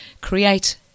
Create